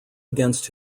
against